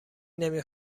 نمی